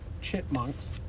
chipmunks